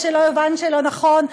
ושלא יובן לא נכון,